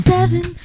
Seven